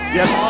Yes